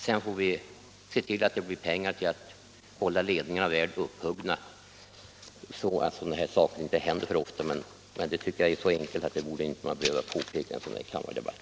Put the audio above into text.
Sedan får vi se till att det blir pengar för att hålla ledningarna i gott skick så att sådana här saker inte händer för ofta, men det tycker jag är så enkelt att man inte skulle behöva påpeka det i en sådan här kammardebatt.